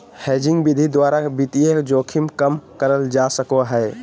hedging विधि द्वारा वित्तीय जोखिम कम करल जा सको हय